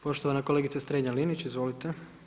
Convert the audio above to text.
Poštovana kolegica Strenja-Linić, izvolite.